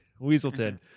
Weaselton